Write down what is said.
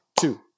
two